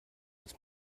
des